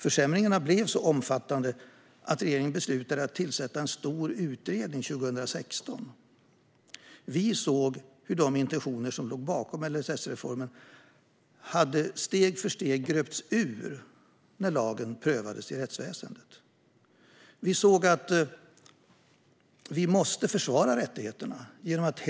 Försämringarna blev så omfattande att regeringen beslutade att tillsätta en stor utredning 2016. Vi såg hur de intentioner som låg bakom LSS-reformen steg för steg gröptes ur när lagen prövades av rättsväsendet. Vi såg att vi måste försvara rättigheterna genom att